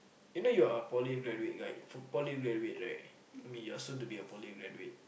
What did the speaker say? you know you are a poly graduate right poly graduate right I mean you're soon to be a poly graduate